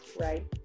right